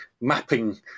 mapping